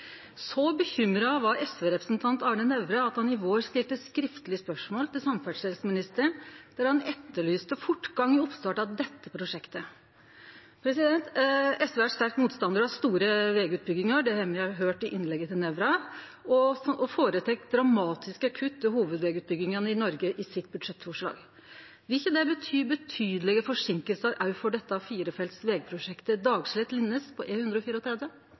Så bekymra var SV-representanten Arne Nævra at han i vår stilte skriftleg spørsmål til samferdselsministeren, der han etterlyste fortgang i oppstart av dette prosjektet. SV er sterkt motstandar av store vegutbyggingar, det har me høyrt i innlegget til Nævra, og gjer dramatiske kutt i hovudvegutbyggingane i Noreg i budsjettforslaget sitt. Vil ikkje det bety betydelege forseinkingar òg for dette firefelts vegprosjektet Dagslett–Linnes på